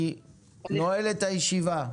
אני נועל את הישיבה.